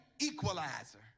equalizer